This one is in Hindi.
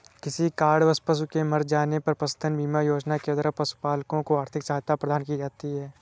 किसी कारणवश पशुओं के मर जाने पर पशुधन बीमा योजना के द्वारा पशुपालकों को आर्थिक सहायता प्रदान की जाती है